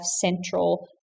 central